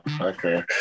okay